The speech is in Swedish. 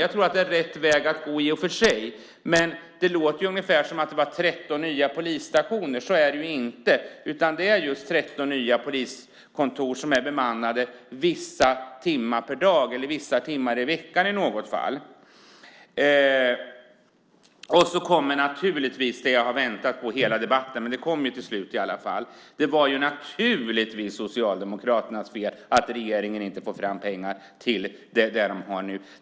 Jag tror att det är rätt väg att gå i och för sig, men det låter ungefär som att det var 13 nya polisstationer. Så är det inte. Det är just 13 nya poliskontor, som är bemannade vissa timmar per dag eller vissa timmar i veckan i något fall. Naturligtvis kom det jag har väntat på under hela debatten. Det kom till slut i alla fall. Det är naturligtvis Socialdemokraternas fel att regeringen inte får fram pengar till det de har nu.